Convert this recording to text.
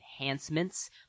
enhancements